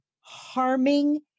harming